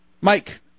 Mike